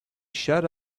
shut